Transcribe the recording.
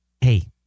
Hey